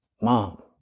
mom